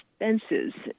expenses